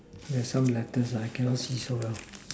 there are some letters I cannot see so well